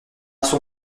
son